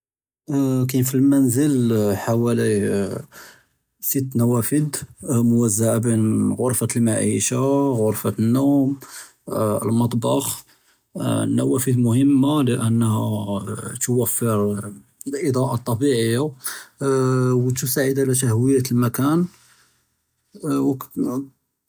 קַאיִן פִּלְמַנְזֵל סִתַּת נַוַאפְז מְזוּעָה בֵּין חֻ'רְפַּת לְמְעִישַה וְחֻ'רְפַּת לְנּוֹם וּלְמַטְבַּח, לְנַּוַאפְז מְהִימָּה לְאַנַהָּה תּוֹפֶּר לְאַדְּ'אַא הַטַבִּיעִי וּתְסַעֶד עַלַא תַהְוִיַאת לְמְקַאן.